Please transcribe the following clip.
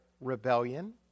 rebellion